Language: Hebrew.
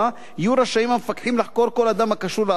יהיו רשאים המפקחים לחקור כל אדם הקשור לעבירה,